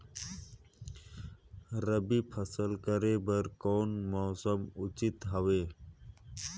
रबी फसल करे बर कोन मौसम उचित हवे?